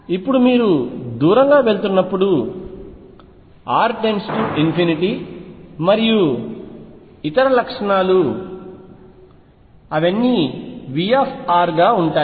ఇప్పుడు మీరు దూరంగా వెళ్తున్నప్పుడు r మరియు ఇతర లక్షణాలు అవన్నీ V గా ఉంటాయి